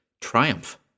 triumph